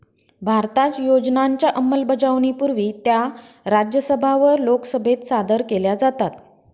भारतात योजनांच्या अंमलबजावणीपूर्वी त्या राज्यसभा व लोकसभेत सादर केल्या जातात